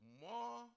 more